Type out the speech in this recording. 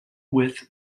with